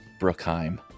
Brookheim